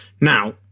Now